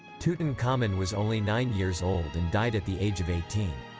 tutankhamun was only nine years old and died at the age of eighteen.